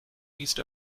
east